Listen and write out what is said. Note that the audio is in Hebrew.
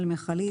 מכלית.